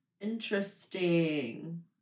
interesting